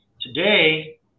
today